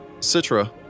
Citra